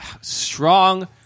strong